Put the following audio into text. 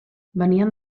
venien